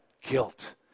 guilt